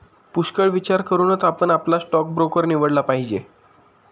पुष्कळ विचार करूनच आपण आपला स्टॉक ब्रोकर निवडला पाहिजे